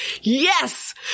yes